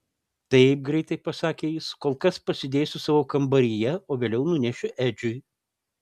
taip greitai pasakė jis kol kas pasidėsiu savo kambaryje o vėliau nunešiu edžiui